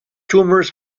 tumors